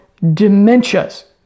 dementias